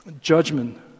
judgment